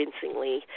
convincingly